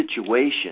situation